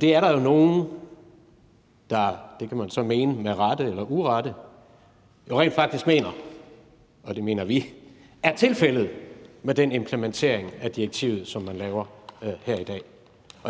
Det er der jo nogle – man kan så mene med rette eller urette – der rent faktisk mener, og det mener vi er tilfældet med den implementering af direktivet, som man laver her i dag.